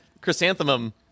chrysanthemum